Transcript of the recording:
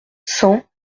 cent